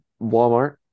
Walmart